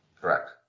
Correct